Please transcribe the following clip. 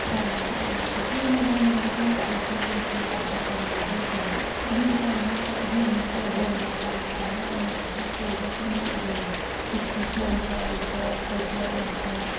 چھَلان چھِ تَمی سۭتۍ پرٛٲنِس زَمانَس منٛز ٲسۍ نہٕ یِم چیٖز آسان اٮ۪وٮ۪لیبٕل کِہیٖنۍ یِم تَمہِ وِزِ دانَس پٮ۪ٹھ بانہٕ ٲسۍ یِوان کھالنہٕ تِم ٲسۍ آسان سٲری کِرٛہِنۍ گٔمٕتۍ سُہ چونٛچہٕ آسہِ ہا پٔتلہٕ آسہِ ہا